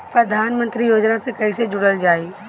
प्रधानमंत्री योजना से कैसे जुड़ल जाइ?